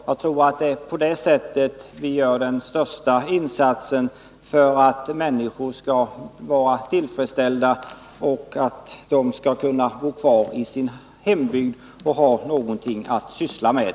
Jag tror att det är på det sättet vi kan göra den största insatsen för att människor skall bli tillfredställda och kunna bo kvar i sin hembygd och ha någonting att syssla med.